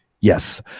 yes